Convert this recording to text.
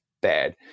bad